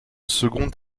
second